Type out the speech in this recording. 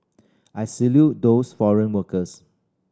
I salute those foreign workers